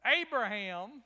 Abraham